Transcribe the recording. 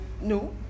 no